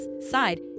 side